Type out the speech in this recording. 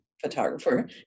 photographer